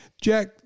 Jack